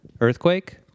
earthquake